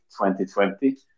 2020